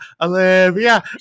Olivia